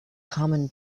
common